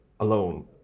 Alone